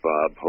Bob